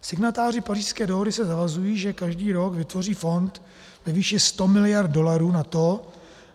Signatáři Pařížské dohody se zavazují, že každý rok vytvoří fond ve výši 100 miliard dolarů na to,